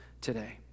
today